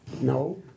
No